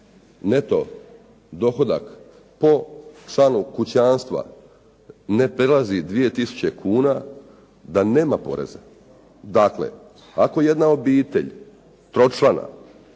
neto dohodak po članu kućanstva ne prelazi 2 tisuće kuna da nema poreza. Dakle, ako jedna obitelj tročlana